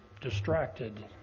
distracted